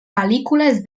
pel·lícules